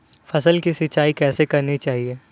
फसल की सिंचाई कैसे करनी चाहिए?